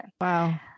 Wow